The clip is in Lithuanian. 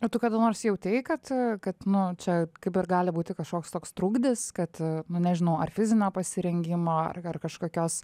o tu kada nors jautei kad kad nu čia kaip ir gali būti kažkoks toks trukdis kad nu nežinau ar fizinio pasirengimo kažkokios